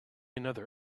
another